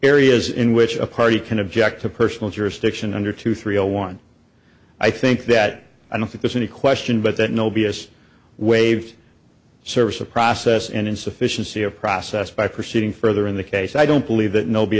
areas in which a party can object to personal jurisdiction under two three zero one i think that i don't think there's any question but that no b s waived service of process and insufficiency of process by proceeding further in the case i don't believe that no